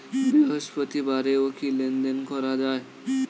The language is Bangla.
বৃহস্পতিবারেও কি লেনদেন করা যায়?